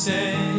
Say